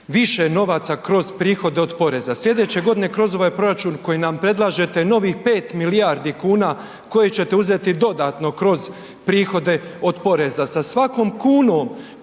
više novaca kroz prihode od poreza. Slijedeće godine kroz ovaj proračun koji nam predlažete novih 5 milijardi kuna koje ćete uzeti dodatno kroz prihode od poreza.